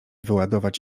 wyładować